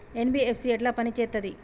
NBFC ఎట్ల పని చేత్తది?